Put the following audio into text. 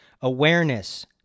awareness